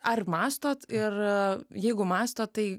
ar mąstote ir jeigu mąstot tai